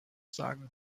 sagen